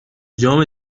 جام